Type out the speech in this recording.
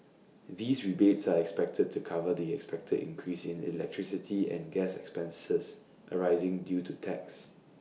these rebates are expected to cover the expected increase in electricity and gas expenses arising due to tax